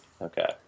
Okay